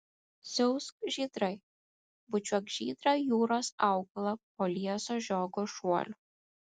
siausk žydrai bučiuok žydrą jūros augalą po lieso žiogo šuoliu